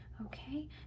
Okay